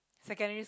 secondary